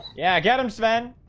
yeah, get him sven